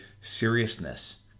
seriousness